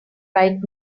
right